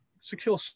secure